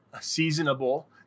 seasonable